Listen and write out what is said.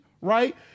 right